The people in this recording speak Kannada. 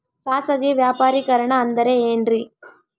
ಖಾಸಗಿ ವ್ಯಾಪಾರಿಕರಣ ಅಂದರೆ ಏನ್ರಿ?